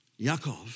Yaakov